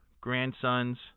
grandsons